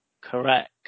Correct